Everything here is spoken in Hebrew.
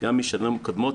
וגם משנים קודמות,